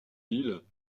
îles